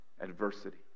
adversity